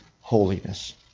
holiness